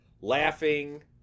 laughing